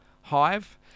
hive